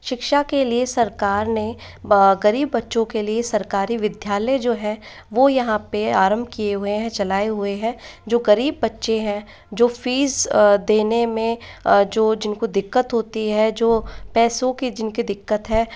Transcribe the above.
शिक्षा के लिए सरकार ने गरीब बच्चों के लिए सरकारी विद्यालय जो है वो यहाँ पर आरंभ किये हुए हैं चलाये हुये हैं जो गरीब बच्चे हैं जो फीस देने में जो जिनको देने में दिक्कत होती है जो पैसों की जिनकी दिक्कत है